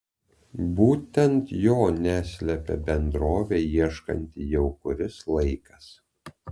būtent jo neslepia bendrovė ieškanti jau kuris laikas